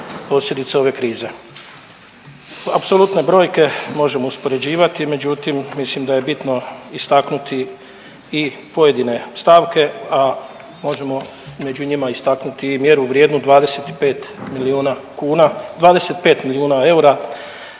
Apsolutne brojke možemo uspoređivati, međutim mislim da je bitno istaknuti i pojedine stavke, a možemo među njima istaknuti i mjeru vrijednu 25 milijuna kuna, 25 milijuna eura